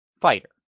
fighter